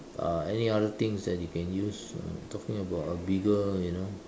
uh any other things that you can use uh talking about a bigger you know